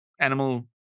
animal